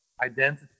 identity